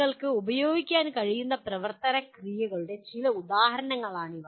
നിങ്ങൾക്ക് ഉപയോഗിക്കാൻ കഴിയുന്ന പ്രവർത്തന ക്രിയകളുടെ ചില ഉദാഹരണങ്ങളാണിവ